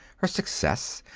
her success,